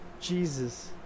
Jesus